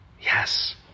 Yes